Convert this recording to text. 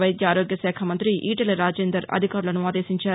వైద్య ఆరోగ్యశాఖా మంతి ఈటెల రాజేందర్ అధికారులను ఆదేశించారు